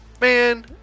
man